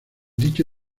dicho